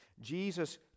Jesus